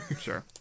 Sure